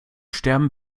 sterben